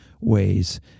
ways